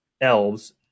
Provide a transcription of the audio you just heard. elves